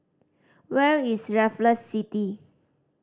where is Raffles City